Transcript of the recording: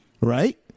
right